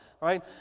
right